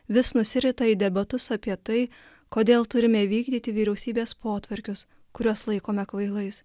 vis nusirita į debatus apie tai kodėl turime vykdyti vyriausybės potvarkius kuriuos laikome kvailais